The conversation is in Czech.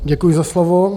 Děkuji za slovo.